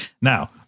Now